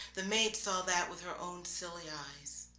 the maid saw that with her own silly eyes.